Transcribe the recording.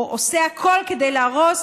או עושה הכול כדי להרוס,